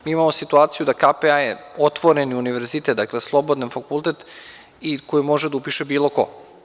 Mi imamo situaciju da je KPA otvoreni univerzitet, dakle slobodni fakultet, koji može da upiše bilo ko.